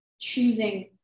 Choosing